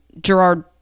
Gerard